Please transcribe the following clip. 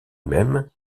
même